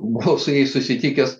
buvau su jais susitikęs